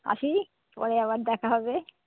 আসি পরে আবার দেখা হবে